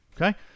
okay